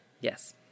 Yes